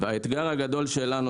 והאתגר הגדול שלנו,